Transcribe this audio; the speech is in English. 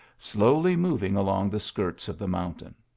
slowly moving along the skirts of the mountain.